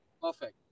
Perfect